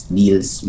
deals